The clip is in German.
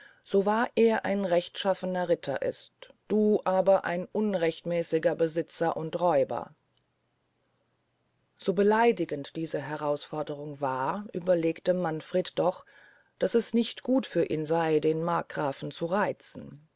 so wahr er ein rechtschaffener ritter ist du aber ein unrechtmässiger besitzer und räuber so beleidigend diese herausforderung war überlegte manfred doch daß es nicht gut für ihn sey den markgrafen zu reizen